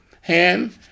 hand